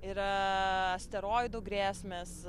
yra asteroidų grėsmės